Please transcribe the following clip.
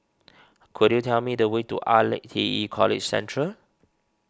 could you tell me the way to R lac T E College Central